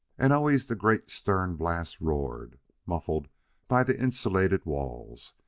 and always the great stern-blast roared muffled by the insulated walls,